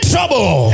trouble